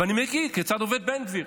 ואני מכיר כיצד עובד בן גביר.